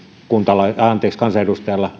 kansanedustajalla